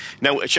Now